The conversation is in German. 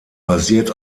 basiert